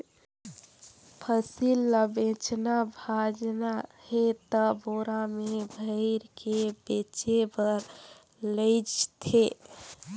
फसिल ल बेचना भाजना हे त बोरा में भइर के बेचें बर लेइज थें